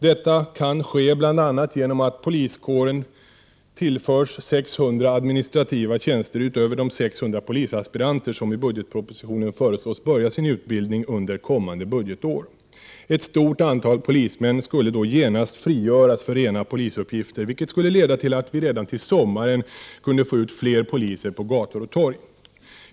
Detta kan ske bl.a. genom att poliskåren tillförs 600 administrativa tjänster utöver de 600 polisaspiranter som i budgetpropositionen föreslås börja sin utbildning under kommande budgetår. Ett stort antal polismän skulle då genast frigöras för rena polisuppgifter, vilket skulle leda till att vi redan till sommaren kunde få ut fler poliser på gator och torg.